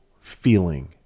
feeling